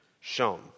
shown